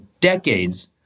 decades